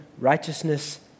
righteousness